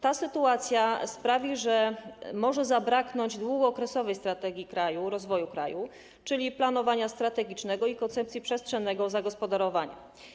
Ta sytuacja sprawi, że może zabraknąć długookresowej strategii rozwoju kraju, czyli planowania strategicznego, i koncepcji przestrzennego zagospodarowania.